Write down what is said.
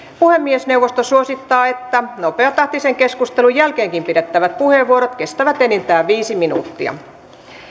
puhemiesneuvosto suosittaa että nopeatahtisen keskustelun jälkeenkin pidettävät puheenvuorot kestävät enintään viisi minuuttia